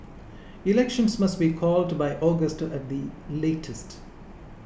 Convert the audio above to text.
elections must be called by August at the latest